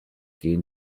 gehen